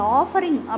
offering